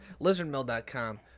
Lizardmill.com